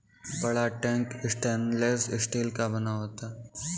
बड़ा tank stainless steel का बना होता है